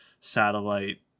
satellite